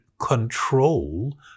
control